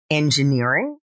engineering